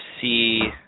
see